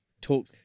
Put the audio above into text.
talk